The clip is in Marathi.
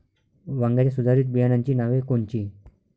वांग्याच्या सुधारित बियाणांची नावे कोनची?